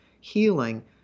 healing